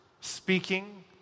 speaking